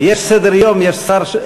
יש סדר-יום.